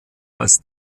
als